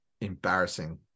embarrassing